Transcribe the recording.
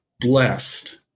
blessed